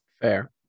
Fair